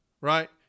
right